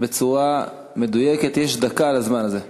בצורה מדויקת, יש דקה לזה.